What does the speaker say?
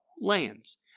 lands